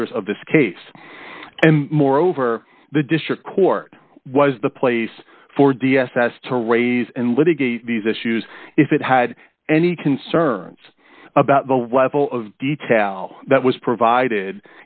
years of this case and moreover the district court was the place for d s s to raise and litigate these issues if it had any concerns about the level of detail that was provided